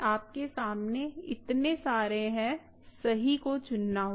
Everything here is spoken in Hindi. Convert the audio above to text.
आपके सामने इतने सारे हैं सही को चुनना होगा